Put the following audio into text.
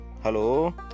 hello